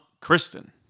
Kristen